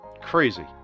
Crazy